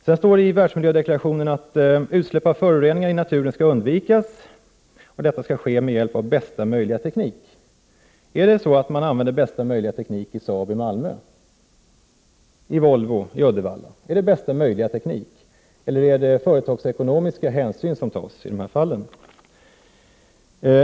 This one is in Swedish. Vidare står det i världsmiljödeklarationen att utsläpp av föroreningar i naturen skall undvikas och att detta skall ske med hjälp av bästa möjliga teknik. Men använder man sig verkligen av bästa möjliga teknik vid Saab i Malmö eller Volvo i Uddevalla? Är det fråga om bästa möjliga teknik där, eller är det företagsekonomiska hänsyn som tas i de här fallen?